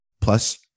plus